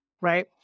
right